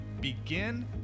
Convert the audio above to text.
begin